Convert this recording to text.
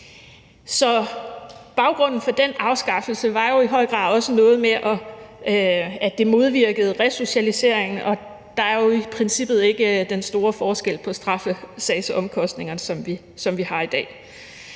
baggrunden for den afskaffelse var jo i høj grad også noget med, at en gæld modvirkede resocialiseringen, og der er jo i princippet ikke den store forskel til straffesagsomkostningerne, som vi har i dag.